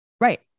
right